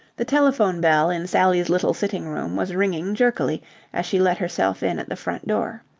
the telephone-bell in sally's little sitting-room was ringing jerkily as she let herself in at the front door.